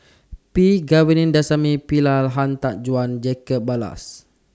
P Govindasamy Pillai Han Tan Juan Jacob Ballas